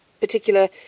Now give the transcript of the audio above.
particular